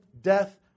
death